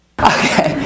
Okay